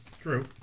True